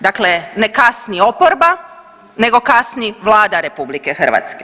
Dakle, ne kasni oporba nego kasni Vlada RH.